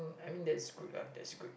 I mean that's good lah that's good